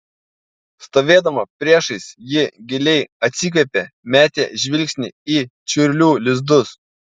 stovėdama priešais ji giliai atsikvėpė metė žvilgsnį į čiurlių lizdus